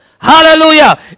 Hallelujah